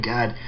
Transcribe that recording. God